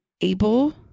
able